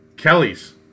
Kelly's